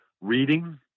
reading